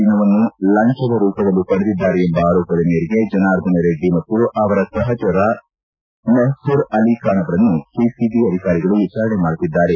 ಚಿನ್ನವನ್ನು ಲಂಚದ ರೂಪದಲ್ಲಿ ಪಡೆದಿದ್ದಾರೆ ಎಂಬ ಆರೋಪದ ಮೇರೆಗೆ ಜನಾರ್ದನರೆಡ್ಡಿ ಮತ್ತು ಅವರ ಸಹಚಕರ ಮೆಪ್ಘಝ್ ಅಲಿಖಾನ್ ಅವರನ್ನು ಸಿಸಿಐ ಅಧಿಕಾರಿಗಳು ವಿಚಾರಣೆ ಮಾಡುತ್ತಿದ್ದಾರೆ